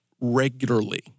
regularly